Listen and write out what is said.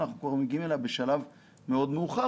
אנחנו כבר מגיעים אליה בשלב מאוד מאוחר,